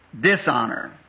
dishonor